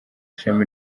ishami